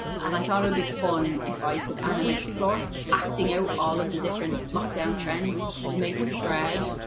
and i thought it would be fun if i could animate florp acting out all of the different lockdown trends. he makes bread.